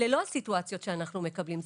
אלה לא הסיטואציות שאנחנו מקבלים,